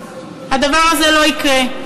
הדבר הזה לא יקרה,